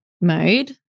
mode